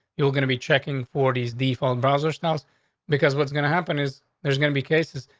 you're gonna be checking for these default browser styles because what's gonna happen is there's gonna be cases,